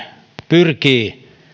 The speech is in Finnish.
pyrkii ja